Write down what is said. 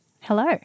hello